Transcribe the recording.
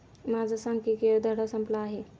माझा सांख्यिकीय धडा संपला आहे